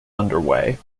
underway